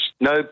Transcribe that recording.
no